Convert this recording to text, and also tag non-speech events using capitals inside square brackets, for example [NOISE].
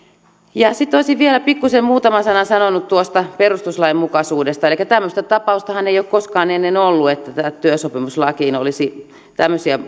sitten olisin vielä pikkusen muutaman sanan sanonut perustuslainmukaisuudesta tämmöistä tapaustahan ei ole koskaan ennen ollut että työsopimuslakiin olisi tämmöisiä [UNINTELLIGIBLE]